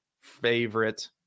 favorite